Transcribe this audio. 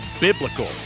biblical